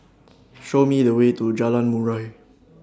Show Me The Way to Jalan Murai